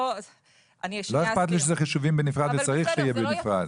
לא אכפת לי שזה חישובים בנפרד וזה צריך להיות בנפרד,